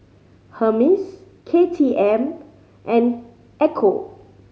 Hermes K T M and Ecco